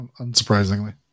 unsurprisingly